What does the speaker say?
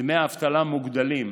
דמי אבטלה מוגדלים: